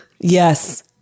Yes